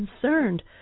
concerned